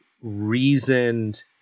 reasoned